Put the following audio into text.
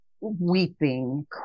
weeping